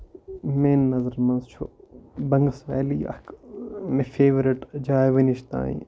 میٲنٮ۪ن نظرن منٛز چھُ بنگس ویلی اکھ مےٚ فیورِٹ جاے وُنِچ تانۍ